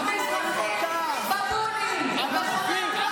מזרחים, בבונים, מכונת רעל,